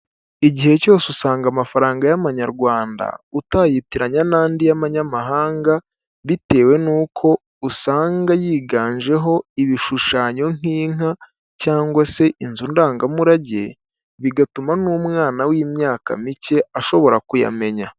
Igihe cyose usanga amafaranga y'amanyarwanda utayitiranya n'andi y'abanyamahanga bitewe n'uko usanga yiganjeho ibishushanyo nk'inka cyangwa se inzu ndangamurage bigatuma n'umwana w'imyaka mike ashobora kuyamenya.